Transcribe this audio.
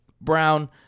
brown